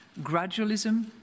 gradualism